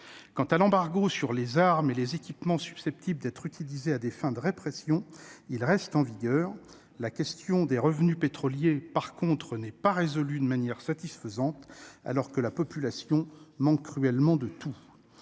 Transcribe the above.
Quant à l'embargo sur les armes et les équipements susceptibles d'être utilisés à des fins de répression, il reste en vigueur. En revanche, la question des revenus pétroliers n'est pas résolue de manière satisfaisante, alors que la population manque cruellement de tout.